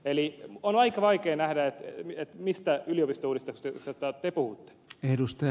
eli on aika vaikea nähdä mistä yliopistouudistuksesta te puhutte